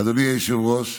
אדוני היושב-ראש,